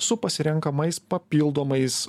su pasirenkamais papildomais